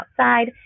outside